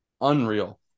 Unreal